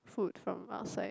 food from outside